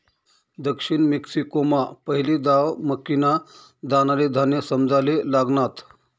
दक्षिण मेक्सिकोमा पहिली दाव मक्कीना दानाले धान्य समजाले लागनात